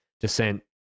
descent